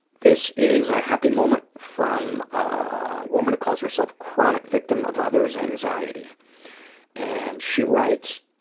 this is a happy moment from, ah, a woman who calls herself chronic victim of others' anxiety and she writes,